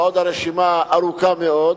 ועוד הרשימה ארוכה מאוד,